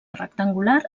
rectangular